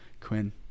Quinn